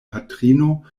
patrino